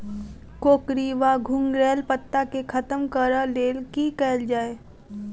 कोकरी वा घुंघरैल पत्ता केँ खत्म कऽर लेल की कैल जाय?